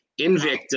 Invicta